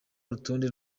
urutonde